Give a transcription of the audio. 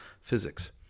physics